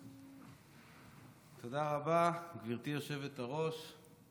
תודה רבה, גברתי היושבת-ראש.